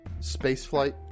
spaceflight